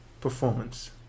performance